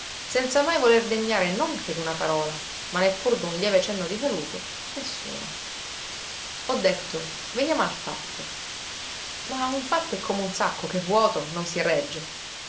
senza mai voler degnare non che d'una parola ma neppur d'un lieve cenno di saluto nessuno ho detto veniamo al fatto ma un fatto è come un sacco che vuoto non si regge